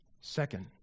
Second